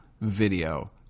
video